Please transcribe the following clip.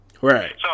Right